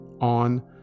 on